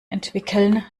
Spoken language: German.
entwickeln